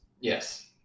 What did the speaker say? Yes